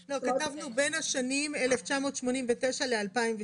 לא, כתבנו בין השנים 1998 ל-2002.